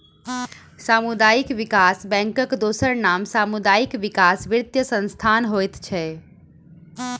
सामुदायिक विकास बैंकक दोसर नाम सामुदायिक विकास वित्तीय संस्थान होइत छै